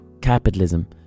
capitalism